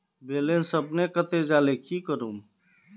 Balance अपने कते जाले की करूम?